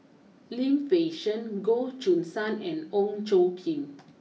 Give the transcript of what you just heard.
Lim Fei Shen Goh Choo San and Ong Tjoe Kim